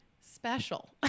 special